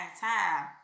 time